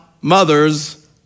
mothers